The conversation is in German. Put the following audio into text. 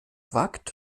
wagt